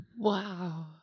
Wow